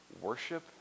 worship